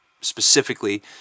specifically